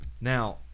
Now